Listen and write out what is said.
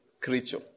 creature